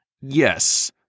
Yes